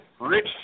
rich